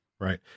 Right